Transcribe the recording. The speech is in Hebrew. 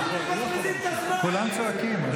אדוני היושב בראש, פשוט מפריעים לי פה.